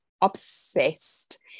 obsessed